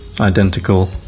identical